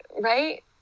right